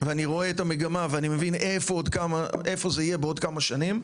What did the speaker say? ואני רואה את המגמה ואני מבין איפה זה יהיה בעוד כמה שנים.